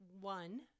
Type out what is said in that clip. one